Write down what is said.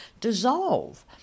dissolve